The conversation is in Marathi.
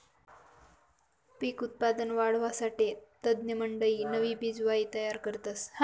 पिक उत्पादन वाढावासाठे तज्ञमंडयी नवी बिजवाई तयार करतस